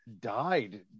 died